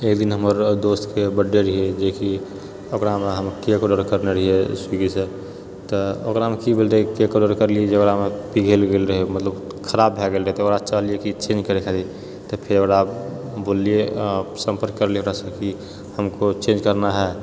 एक दिन हमर दोस्तके बर्थ डे रहए जेकि ओकरा हमरा केक आर आर्डर करने रहियै स्विगीसँ तऽ ओकरामे की भेल रहए केक आर पेक करलिऐ झोड़ा मे पिघलि गेल रहै मतलब खराप भए गेल रहए तऽ ओकरा चाहलियै कि चेंज करऽ खातिर फेर ओकरा बोललिऐ आ सम्पर्क करलिऐ ओकरासँ कि हमको चेंज करना है